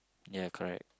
ya correct